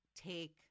take